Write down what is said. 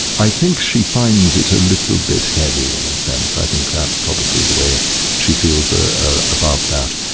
i think she finds it a little bit heavy, in a sense, i think that's probably the way she feels ah ah about that.